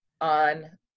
on